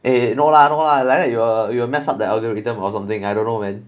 eh no lah no lah like that you'll you'll mess up the algorithm or something I don't know man